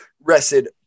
rested